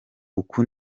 uku